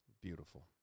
Beautiful